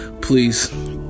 Please